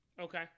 Okay